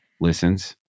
listens